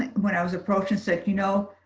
when i was approached and said, you know,